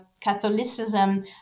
Catholicism